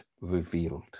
revealed